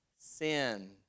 sin